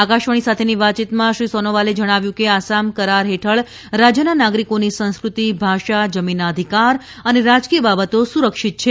આકાશવાણી સાથેની વાતયીતમાં શ્રી સોનોવાલે જણાવ્યું કે આસામ કરાર હેઠળ રાજયના નાગરિકોની સંસ્કૃતિ ભાષા જમીનના અધિકાર અને રાજકીય બાબતો સુરક્ષીત છે